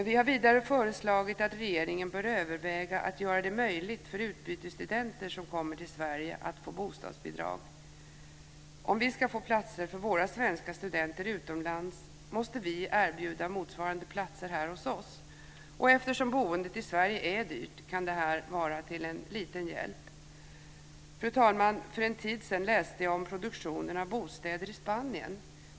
Vi har vidare föreslagit att regeringen bör överväga att göra det möjligt för utbytesstudenter, som kommer till Sverige, att få bostadsbidrag. Om vi ska få platser för våra svenska studenter utomlands måste vi erbjuda motsvarande platser här hos oss, och eftersom boendet i Sverige är dyrt kan detta vara till en liten hjälp. Fru talman! För en tid sedan läste jag om produktionen av bostäder i Spanien.